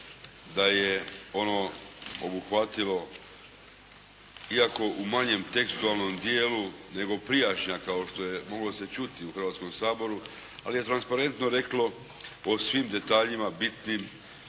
da je ono obuhvatilo, iako u manjem tekstualnom dijelu nego prijašnja, kao što je moglo se čuti u Hrvatskom saboru, ali je transparentno reklo o svim detaljima bitnim